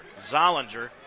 Zollinger